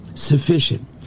Sufficient